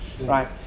Right